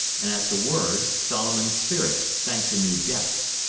and at the word solomon's spirits sank to new depths.